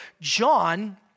John